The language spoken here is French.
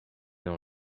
dans